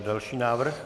Další návrh.